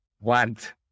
want